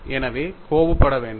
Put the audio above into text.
எனவே கோபப்பட வேண்டாம்